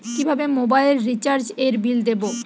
কিভাবে মোবাইল রিচার্যএর বিল দেবো?